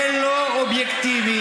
זה לא אובייקטיבי.